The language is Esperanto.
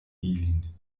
ilin